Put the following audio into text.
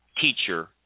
teacher